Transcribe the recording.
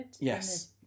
Yes